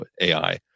AI